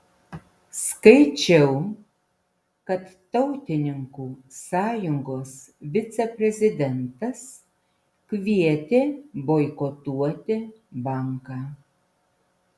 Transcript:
skaičiau kad tautininkų sąjungos viceprezidentas kvietė boikotuoti banką